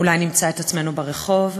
אולי נמצא את עצמנו ברחוב.